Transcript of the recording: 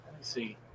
see